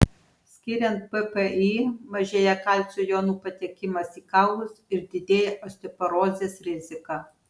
skiriant ppi mažėja kalcio jonų patekimas į kaulus ir didėja osteoporozės rizika